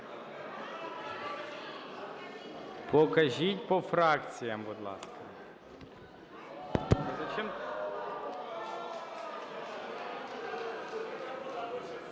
Покажіть по фракціям, будь ласка.